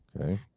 Okay